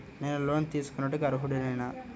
నేను లోన్ తీసుకొనుటకు అర్హుడనేన?